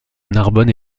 narbonne